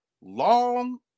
long